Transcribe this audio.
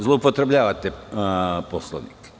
Zloupotrebljavate Poslovnik.